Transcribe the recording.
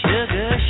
Sugar